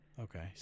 Okay